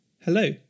Hello